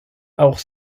auch